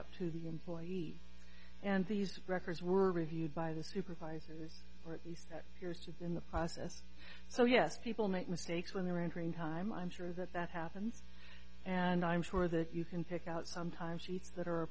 up to the employees and these records were reviewed by the supervisors or at least pierces in the process so yes people make mistakes when they're entering time i'm sure that that happens and i'm sure that you can pick out some time sheets that are a